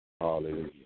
Hallelujah